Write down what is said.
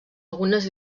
algunes